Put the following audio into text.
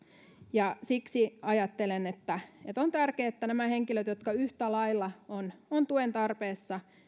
siksi ajattelen että on tärkeää että näiden henkilöiden osalta jotka yhtä lailla ovat tuen tarpeessa